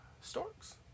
Storks